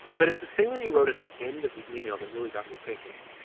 but it's this thing that he wrote at the end of the ah e-mail that really got me thinking.